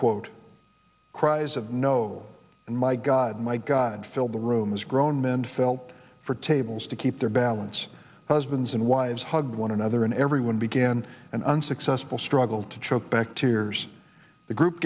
quote cries of no and my god my god filled the room as grown men fell for tables to keep their balance husbands and wives hugged one another and everyone began an unsuccessful struggle to choke back tears the group